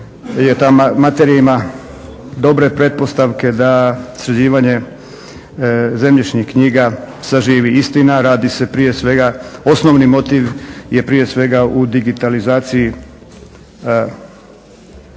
materija ima dobre pretpostavke da sređivanje zemljišnih knjiga saživi. Istina, radi se prije svega osnovni motiv je prije svega u digitalizaciji